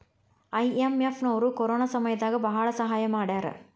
IMF ನವ್ರು corona ಸಮಯ ದಾಗ ಭಾಳ ಸಹಾಯ ಮಾಡ್ಯಾರ